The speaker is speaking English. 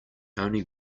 only